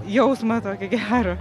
jausmą tokį gerą